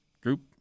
group